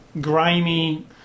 grimy